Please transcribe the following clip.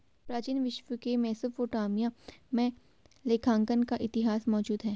प्राचीन विश्व के मेसोपोटामिया में लेखांकन का इतिहास मौजूद है